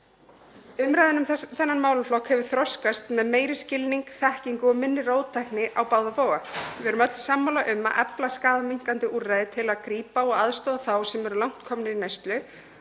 Umræðan um þennan málaflokk hefur þroskast með meiri skilningi, þekkingu og minni róttækni á báða bóga. Við erum öll sammála um að efla skaðaminnkandi úrræði til að grípa og aðstoða þá sem eru langt komnir í neyslu.